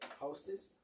hostess